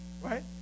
Right